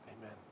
amen